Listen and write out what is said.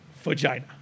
Vagina